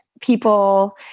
people